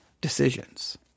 decisions